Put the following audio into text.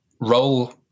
role